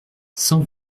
cent